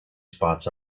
spots